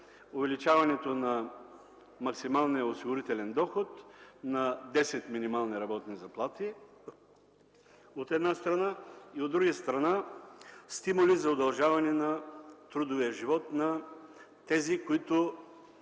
увеличаването на максималния осигурителен доход на десет минимални работни заплати, от една страна, а от друга страна – стимули за удължаване трудовия живот на тези, които